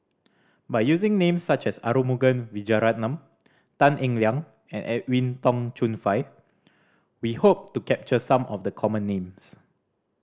by using names such as Arumugam Vijiaratnam Tan Eng Liang and Edwin Tong Chun Fai we hope to capture some of the common names